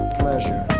pleasure